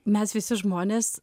mes visi žmonės